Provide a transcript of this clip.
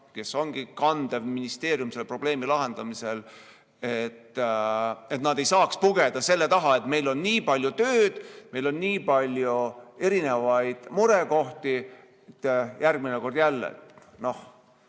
kes on kandev ministeerium selle probleemi lahendamisel, ei saa pugeda selle taha, et meil on nii palju tööd, meil on nii palju erinevaid murekohti, ja [juhtub] järgmine kord jälle.